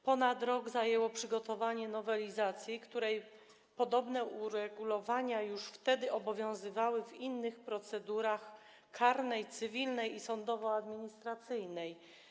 Ponad rok zajęło przygotowanie nowelizacji, której podobne uregulowania już wtedy obowiązywały w innych procedurach: karnej, cywilnej i sądowoadministracyjnej.